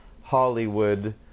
Hollywood